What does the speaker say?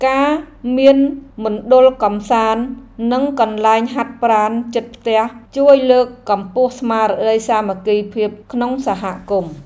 ការមានមណ្ឌលកម្សាន្តនិងកន្លែងហាត់ប្រាណជិតផ្ទះជួយលើកកម្ពស់ស្មារតីសាមគ្គីភាពក្នុងសហគមន៍។